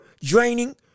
draining